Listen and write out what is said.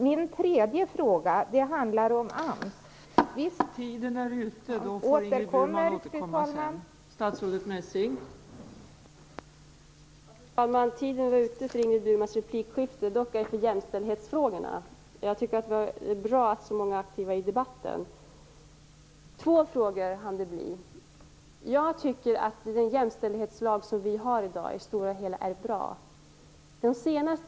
Min tredje fråga handlar om AMS, men den får jag återkomma till.